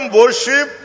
worship